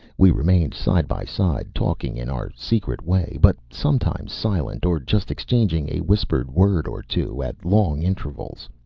we remained side by side talking in our secret way but sometimes silent or just exchanging a whispered word or two at long intervals.